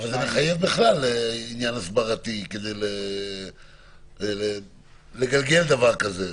אבל זה מחייב בכלל הסברה כדי לגלגל דבר כזה.